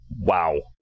Wow